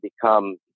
become